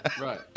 Right